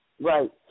Right